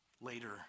later